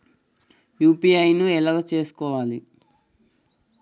UPI ను ఎలా చేస్కోవాలి?